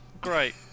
Great